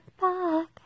back